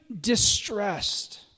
Distressed